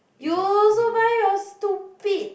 you also buy you are stupid